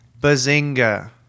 Bazinga